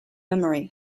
memory